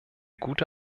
gute